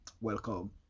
welcome